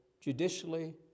judicially